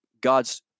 God's